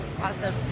awesome